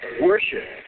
worship